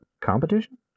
Competition